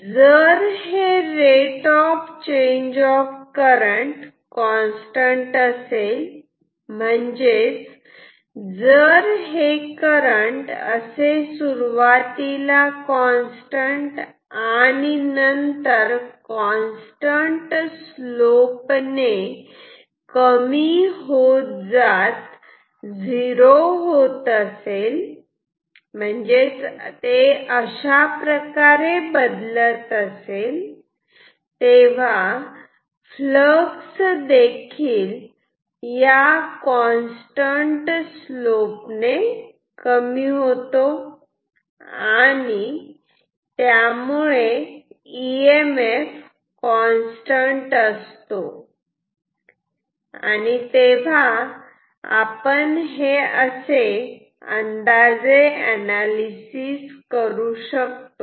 जर हे rate of change of current constant असेल म्हणजेच जर हे करंट असे सुरुवातीला कॉन्स्टंट आणि नंतर कॉन्स्टंट स्लोप ने कमी होत जात झिरो होत असेल अशाप्रकारे बदलत असेल तेव्हा फ्लक्स देखील या कॉन्स्टंट स्लोप ने कमी होतो आणि त्यामुळे इ एम एफ कॉन्स्टंट असतो आणि तेव्हा आपण असे अंदाजे एनालिसिस करू शकतो